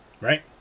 right